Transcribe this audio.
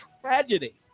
tragedy